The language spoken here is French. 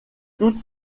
toutes